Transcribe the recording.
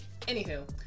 Anywho